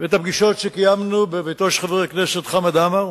ובפגישות שקיימנו בביתו של חבר הכנסת חמד עמאר